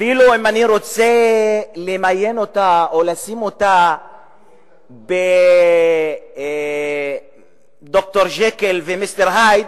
אפילו אם אני רוצה למיין אותה או לשים אותה ב"ד"ר ג'קיל ומיסטר הייד",